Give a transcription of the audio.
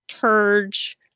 purge